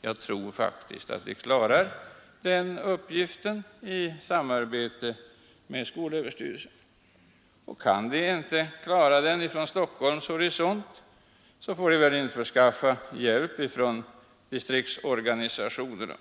Jag tror faktiskt att Riksidrottsförbundet klarar den uppgiften i samarbete med skolöverstyrelsen. Kan man inte klara den från Stockholms horisont får man väl införskaffa hjälp från distriktsorganisationerna.